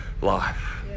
life